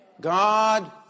God